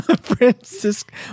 Francisco